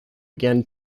again